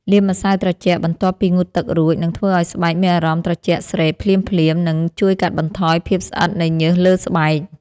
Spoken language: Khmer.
លាបម្ស៉ៅត្រជាក់បន្ទាប់ពីងូតទឹករួចនឹងធ្វើឱ្យស្បែកមានអារម្មណ៍ត្រជាក់ស្រេបភ្លាមៗនិងជួយកាត់បន្ថយភាពស្អិតនៃញើសលើស្បែក។